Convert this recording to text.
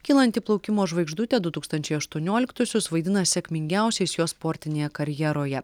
kylanti plaukimo žvaigždutė du tūkstančiai aštuonioliktuosius vaidina sėkmingiausiais jos sportinėje karjeroje